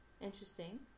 interesting